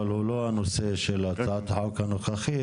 אבל הוא לא הנושא של הצעת החוק הנוכחית.